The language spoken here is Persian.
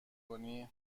کنی